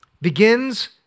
begins